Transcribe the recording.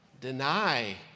deny